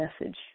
message